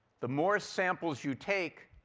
the more samples you take,